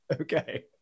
Okay